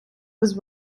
was